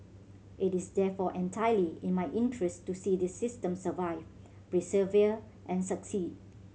it is therefore entirely in my interest to see this system survive persevere and succeed